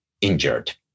injured